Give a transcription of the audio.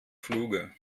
fluge